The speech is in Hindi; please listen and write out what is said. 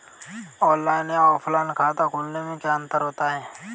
ऑनलाइन या ऑफलाइन खाता खोलने में क्या अंतर है बताएँ?